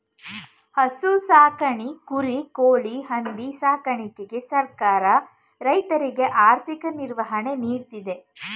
ಹಸು ಸಾಕಣೆ, ಕುರಿ, ಕೋಳಿ, ಹಂದಿ ಸಾಕಣೆಗೆ ಸರ್ಕಾರ ರೈತರಿಗೆ ಆರ್ಥಿಕ ನಿರ್ವಹಣೆ ನೀಡ್ತಿದೆ